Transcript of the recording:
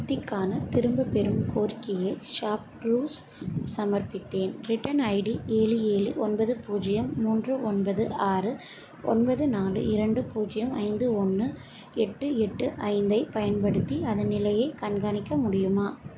குர்திக்கான திரும்பப்பெறும் கோரிக்கையை ஷாப்குளூஸ் சமர்ப்பித்தேன் ரிட்டர்ன் ஐடி ஏழு ஏழு ஒன்பது பூஜ்ஜியம் மூன்று ஒன்பது ஆறு ஒன்பது நாலு இரண்டு பூஜ்ஜியம் ஐந்து ஒன்று எட்டு எட்டு ஐந்தை பயன்படுத்தி அதன் நிலையைக் கண்காணிக்க முடியுமா